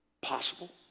Possible